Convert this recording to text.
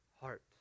heart